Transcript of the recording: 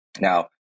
Now